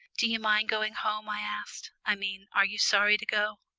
do you mind going home? i asked. i mean, are you sorry to go?